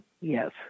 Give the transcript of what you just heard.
yes